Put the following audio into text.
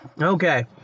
okay